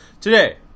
Today